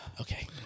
Okay